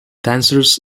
dancers